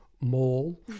mole